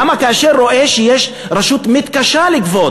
למה כאשר הוא רואה שיש רשות שמתקשה לגבות